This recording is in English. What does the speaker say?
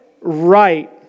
right